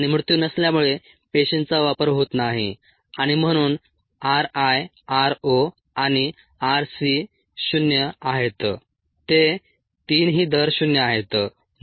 आणि मृत्यू नसल्यामुळे पेशींचा वापर होत नाही आणि म्हणून r i r o आणि r c 0 आहेत ते 3 ही दर शून्य आहेत